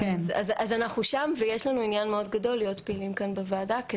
אז אנחנו שם ויש לנו עניין מאוד גדול להיות פעילים כאן בוועדה,